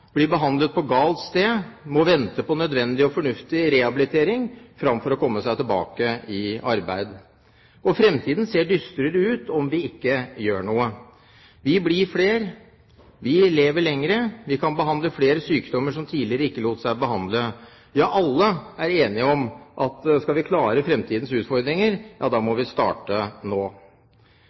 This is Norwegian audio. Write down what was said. blir behandlet på galt sted. De må vente på nødvendig og fornuftig rehabilitering fremfor å komme seg tilbake i arbeid. Fremtiden ser dystrere ut om vi ikke gjør noe. Vi blir flere, vi lever lenger, vi kan behandle sykdommer som tidligere ikke lot seg behandle. Ja, alle er enige om at skal vi klare fremtidens utfordringer, må vi starte nå.